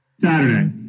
Saturday